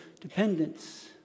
dependence